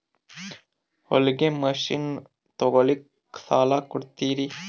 ಹೊಲಗಿ ಮಷಿನ್ ತೊಗೊಲಿಕ್ಕ ಸಾಲಾ ಕೊಡ್ತಿರಿ?